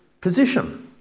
position